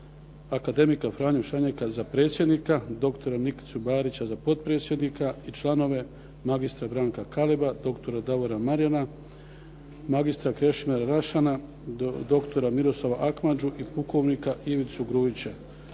akademika Franju Šanjeka za predsjednika, doktora Nikicu Barića za potpredsjednika i članove magistra Branka Kaleba, doktora Davora Marjana, magistra Krešimira Rašana, doktora Miroslava Akmađu i pukovnika Ivicu Grujića.